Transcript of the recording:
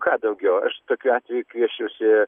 ką daugiau aš tokiu atveju kviesčiausi